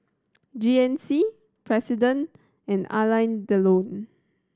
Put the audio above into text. G N C President and Alain Delon